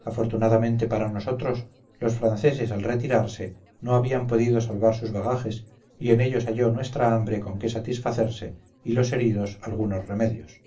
afortunadamente para nosotros los franceses al retirarse no habían podido salvar sus bagajes y en ellos halló nuestra hambre con qué satisfacerse y los heridos algunos remedios